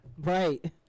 right